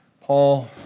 Paul